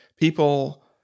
people